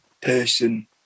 person